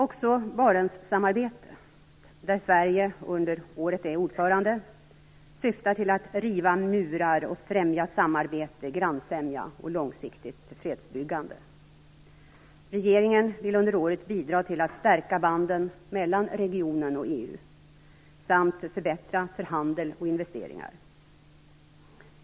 Också Barentssamarbetet, där Sverige under året är ordförande, syftar till att riva murar och främja samarbete, grannsämja och långsiktigt fredsbyggande. Regeringen vill under året bidra till att stärka banden mellan regionen och EU samt förbättra för handel och investeringar.